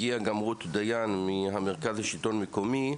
הגיעה גם רות דיין מהמרכז לשלטון מקומי.